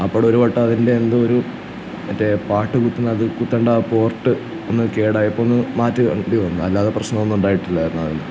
ആകപ്പാടൊരുവട്ടം അതിൻ്റെ എന്തോ ഒരു മറ്റേ പാട്ടു കുത്തുന്ന അത് കുത്തണ്ട ആ പോർട്ട് ഒന്ന് കേടായി അപ്പോഴൊന്ന് മാറ്റുകയോ അല്ലാതെ പ്രശ്നമൊന്നും ഉണ്ടായിട്ടില്ലായിരുന്നു അതിന്